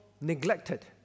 neglected